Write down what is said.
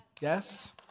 Yes